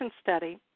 study